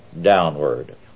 downward